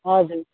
हजुर